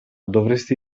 dovresti